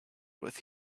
with